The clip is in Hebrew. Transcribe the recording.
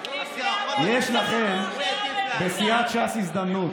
יש לכם בסיעת ש"ס הזדמנות.